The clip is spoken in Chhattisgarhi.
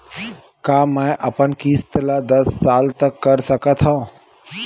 का मैं अपन किस्त ला दस साल तक कर सकत हव?